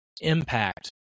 impact